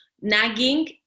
nagging